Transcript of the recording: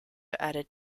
added